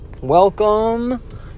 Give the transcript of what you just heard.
Welcome